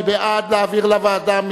מי בעד להעביר לוועדה?